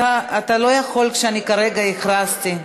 אתה לא יכול כשאני כרגע הכרזתי.